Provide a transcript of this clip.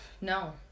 No